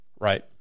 right